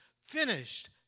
finished